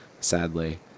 Sadly